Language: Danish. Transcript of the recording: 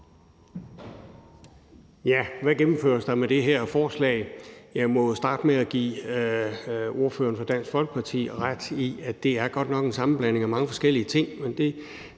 det. Hvad gennemføres der med det her lovforslag? Jeg må starte med at give ordføreren for Dansk Folkeparti ret i, at det godt nok er en sammenblanding af mange forskellige ting.